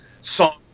song